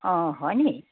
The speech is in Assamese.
অঁ হয়নি